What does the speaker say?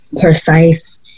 precise